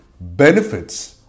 benefits